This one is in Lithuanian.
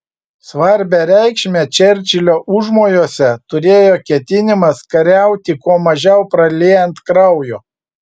svarbią reikšmę čerčilio užmojuose turėjo ketinimas kariauti kuo mažiau praliejant kraujo